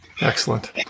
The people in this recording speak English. Excellent